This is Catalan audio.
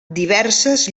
diverses